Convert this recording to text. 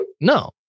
No